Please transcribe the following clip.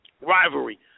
rivalry